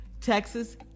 Texas